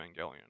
Evangelion